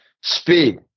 Speed